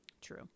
True